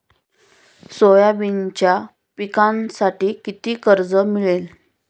सोयाबीनच्या पिकांसाठी किती कर्ज मिळेल?